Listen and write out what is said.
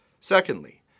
Secondly